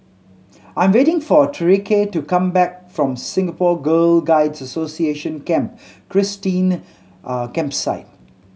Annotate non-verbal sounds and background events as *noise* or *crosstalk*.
I am waiting for Tyreke to come back from Singapore Girl Guides Association Camp Christine *hesitation* Campsite